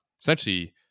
essentially